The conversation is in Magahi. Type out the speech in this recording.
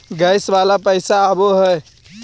गैस वाला पैसा आव है?